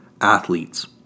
athletes